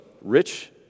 rich